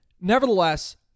Nevertheless